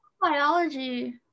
Biology